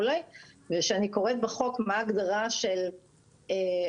כשאני קוראת בחוק מה ההגדרה של עוסק